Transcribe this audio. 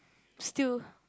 still